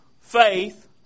faith